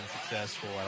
successful